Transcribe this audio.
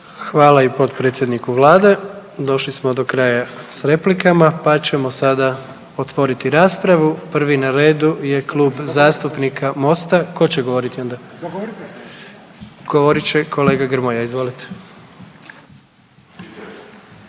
Hvala i potpredsjedniku vlade, došli smo do kraja s replikama, pa ćemo sada otvoriti raspravu. Prvi na redu je Klub zastupnika MOST-a, tko će govoriti onda, govorit će kolega Grmoja. Izvolite.